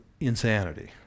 insanity